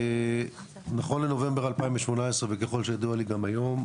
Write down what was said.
נכון לנובמבר 2018 וככל שידוע לי גם היום,